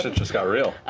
just got real.